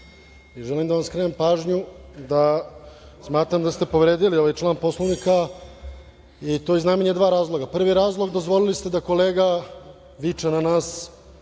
i želim da vam skrenem pažnju da smatram da ste povredili ovaj član Poslovnika i to iz najmanje dva razloga. Prvi razlog, dozvolili ste da kolega viče na nas